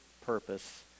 purpose